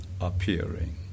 appearing